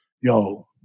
Yo